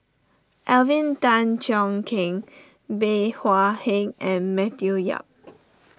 Alvin Tan Cheong Kheng Bey Hua Heng and Matthew Yap